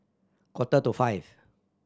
quarter to five